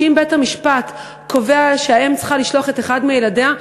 שאם בית-המשפט קובע שהאם צריכה לשלוח את אחד מילדיה,